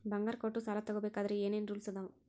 ಬಂಗಾರ ಕೊಟ್ಟ ಸಾಲ ತಗೋಬೇಕಾದ್ರೆ ಏನ್ ಏನ್ ರೂಲ್ಸ್ ಅದಾವು?